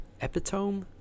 epitome